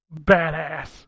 badass